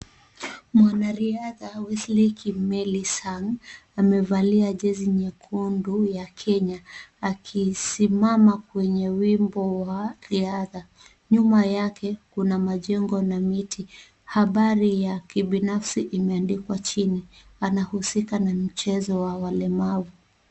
Mwanariadha Wesley Kimeli Sang amevalia jezi nyekundu ya Kenya akisimama kwenye wimbo wa riadha. Nyuma yake kuna majengo na miti. Habari ya kibinafsi imeandikwa chini anahusika na michezo ya walemavu.